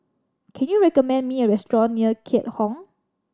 can you recommend me a restaurant near Keat Hong